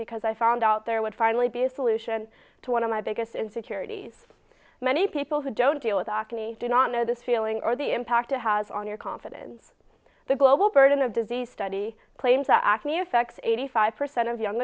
because i found out there would finally be a solution to one of my biggest insecurities many people who don't deal with acne do not know this feeling or the impact it has on your confidence the global burden of disease study claims that acne affects eighty five percent of young